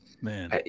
Man